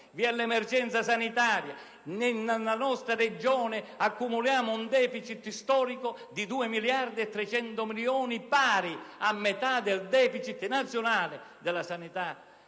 sanitaria, ad esempio. Nella nostra Regione accumuliamo un *deficit* storico di 2 miliardi e 300 milioni, pari a metà del *deficit* nazionale della sanità